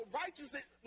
righteousness